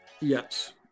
Yes